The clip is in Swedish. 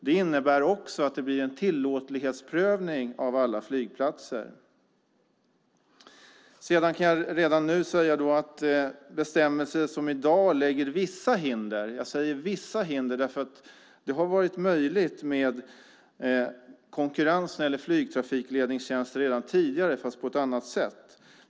Det innebär också att det blir en tillåtlighetsprövning av alla flygplatser. Det har redan tidigare varit möjligt med konkurrens när det gäller flygtrafikledningstjänster fast på ett annat sätt.